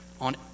On